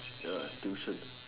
ya tuition